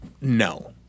No